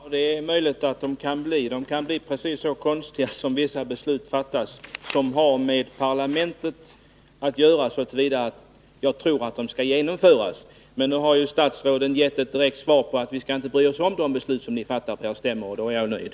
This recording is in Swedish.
Herr talman! Det är möjligt att frågorna kan bli konstiga — de kan bli precis så konstiga som vissa beslut som har med parlamentet att göra så till vida att jag tror att de skall genomföras. Men nu har ju statsrådet gett direkt besked om att vi inte skall bry oss om de beslut som ni fattar på stämmor. och då är jag nöjd.